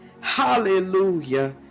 hallelujah